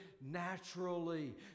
naturally